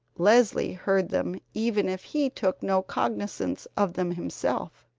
leslie heard them even if he took no cognizance of them himself.